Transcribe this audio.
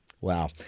Wow